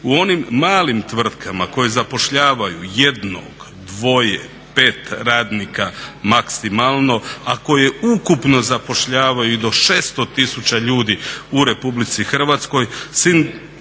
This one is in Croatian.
U onim malim tvrtkama koje zapošljavanju jednog, dvoje, pet radnika maksimalno, a koji ukupno zapošljavaju i do 600 tisuća ljudi u RH i gdje